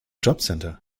jobcenter